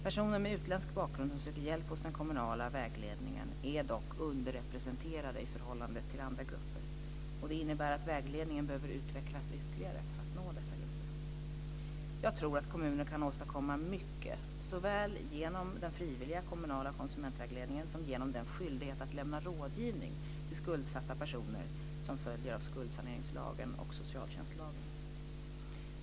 Personer med utländsk bakgrund som söker hjälp hos den kommunala vägledningen är dock underrepresenterade i förhållande till andra grupper, vilket innebär att vägledningen behöver utvecklas ytterligare för att nå dessa grupper. Jag tror att kommunerna kan åstadkomma mycket såväl genom den frivilliga kommunala konsumentvägledningen som genom den skyldighet att lämna rådgivning till skuldsatta personer som följer av skuldsaneringslagen och socialtjänstlagen.